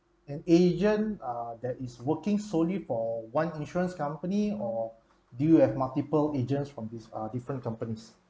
an asian ah that is working solely for one insurance company or do you have multiple agents from these ah different companies